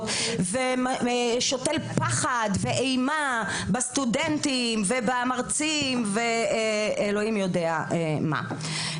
ושותל פחד ואימה בסטודנטים ובמרצים ואלוהים יודע מה.